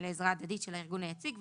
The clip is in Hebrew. לעזרה הדדית של הארגון היציג,